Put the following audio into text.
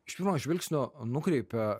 iš pirmo žvilgsnio nukreipia